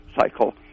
cycle